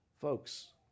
Folks